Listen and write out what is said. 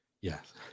Yes